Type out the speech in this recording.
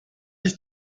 dich